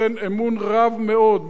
ולכן אמון הציבור בו הוא אמון גבוה מאוד.